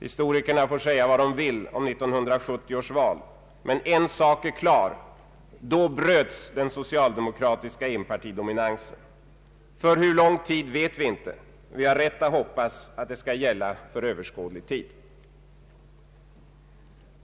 Historikerna får säga vad de vill om 1970 års val, men en sak är klar: då bröts den socialdemokratiska enpartidominansen. För hur lång tid vet vi inte; vi har rätt att hoppas att det skall gälla för överskådlig tid.